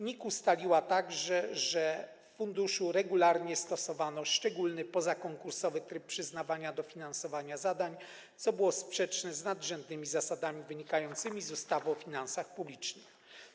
NIK ustaliła także, że w funduszu regularnie stosowano szczególny, pozakonkursowy tryb przyznawania dofinansowania na zadania, co było sprzeczne z nadrzędnymi zasadami wynikającymi z ustawy o finansach publicznych.